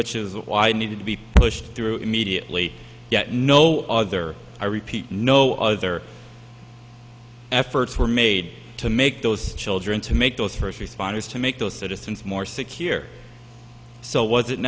which is why i needed to be pushed through immediately yet no other i repeat no other efforts were made to make those children to make those first responders to make those citizens more secure so was it